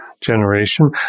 generation